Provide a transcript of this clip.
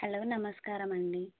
hello నమస్కారం అండి